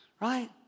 right